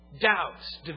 doubts